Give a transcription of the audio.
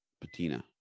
patina